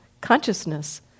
consciousness